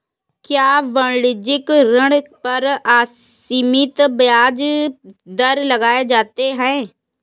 क्या वाणिज्यिक ऋण पर असीमित ब्याज दर लगाए जाते हैं?